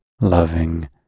loving